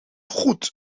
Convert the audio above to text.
goed